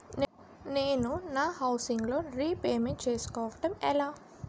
నేను నా housing loan repayment చేసుకోవటం ఎలా?